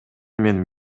мен